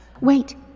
Wait